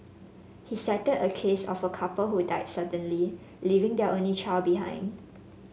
he cited a case of a couple who died suddenly leaving their only child behind